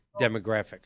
demographic